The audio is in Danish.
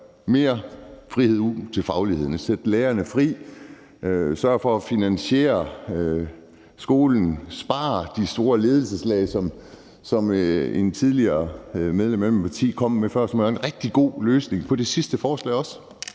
mere frihed til fagligheden, at vi skal sætte lærerne fri, sørge for at finansiere skolen og spare i de store ledelseslag, som et tidligere medlem af mit parti kom frem med før, hvilket er en rigtig god løsning på det sidste forslag også.